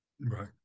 Right